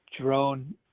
drone